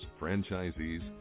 franchisees